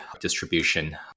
distribution